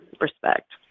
respect